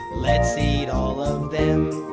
let's eat all of them.